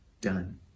done